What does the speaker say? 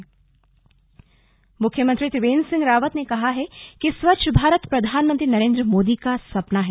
slug मुख्यमंत्री स्वच्छता मुख्यमंत्री त्रिवेन्द्र सिंह रावत ने कहा है कि स्वच्छ भारत प्रधानमंत्री नरेन्द्र मोदी का सपना है